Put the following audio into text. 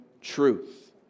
truth